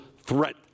threat